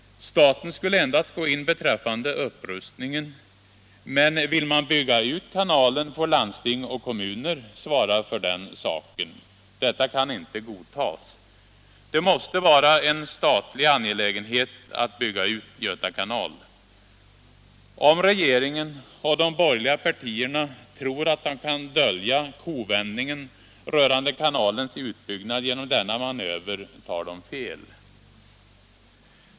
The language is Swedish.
Staten skulle endast gå in beträffande upprustningen. Men vill man bygga ut kanalen får landsting och kommuner svara för den saken. Detta kan inte godtas. Det måste vara en statlig angelägenhet att bygga ut Göta kanal. Om regeringen och de borgerliga partierna tror att de kan dölja kovändningen rörande kanalens utbyggnad genom denna manöver tar de fel.